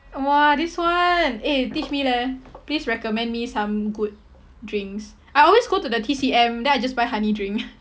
!wah! this one eh teach me leh please recommend me some good drinks I always go to the T_C_M then I just buy honey drink